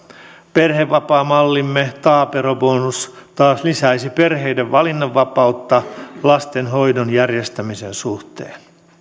perhevapaamallimme taaperobonus taas lisäisi perheiden valinnanvapautta lastenhoidon järjestämisen suhteen